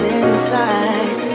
inside